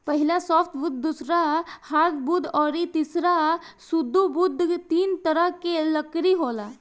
पहिला सॉफ्टवुड दूसरा हार्डवुड अउरी तीसरा सुडोवूड तीन तरह के लकड़ी होला